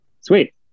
Sweet